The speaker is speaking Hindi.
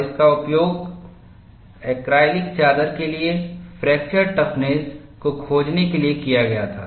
और इसका उपयोग ऐक्रेलिक चादर के लिए फ्रैक्चर टफनेस को खोजने के लिए किया गया था